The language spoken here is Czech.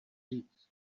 říct